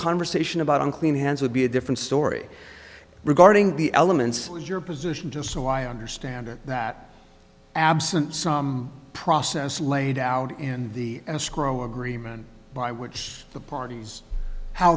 conversation about unclean hands would be a different story regarding the elements of your position just so i understand that absent some process laid out in the scrum agreement by which the parties how